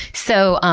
so,